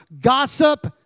Gossip